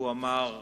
והוא אמר: